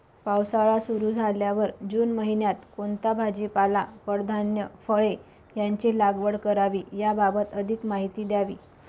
पावसाळा सुरु झाल्यावर जून महिन्यात कोणता भाजीपाला, कडधान्य, फळे यांची लागवड करावी याबाबत अधिक माहिती द्यावी?